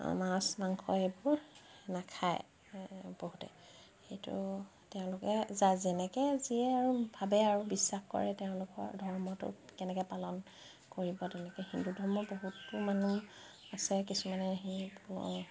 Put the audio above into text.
মাছ মাংস এইবোৰ নাখায় বহুতে সেইটো তেওঁলোকে যেনেকে যিয়ে আৰু ভাবে আৰু বিশ্বাস কৰে তেওঁলোকৰ ধৰ্মটো কেনেকে পালন কৰিব তেনেকে হিন্দু ধৰ্মতো বহুতো মানুহ আছে কিছুমানে সেই